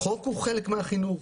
החוק הוא חלק מהחינוך.